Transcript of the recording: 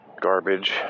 garbage